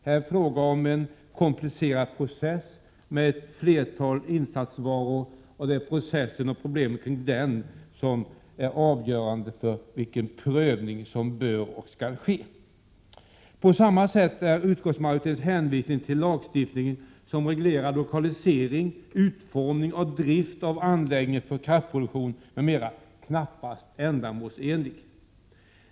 Här är det fråga om en komplicerad process med ett flertal insatsvaror. Det är processen och problemen kring denna som är avgörande för vilken prövning som bör ske — för en prövning skall göras. På samma sätt är utskottsmajoritetens hänvisning till den lagstiftning som reglerar lokalisering, utformning och drift av anläggningar för kraftproduktion m.m. knappast ändamålsenlig.